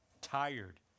Tired